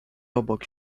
obok